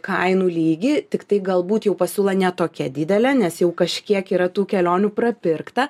kainų lygį tiktai galbūt jau pasiūla ne tokia didelė nes jau kažkiek yra tų kelionių papirkta